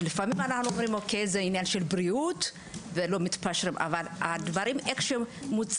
לפעמים אנחנו אומרים שזה עניין של בריאות אבל הדברים מוצגים,